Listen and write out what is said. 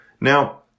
Now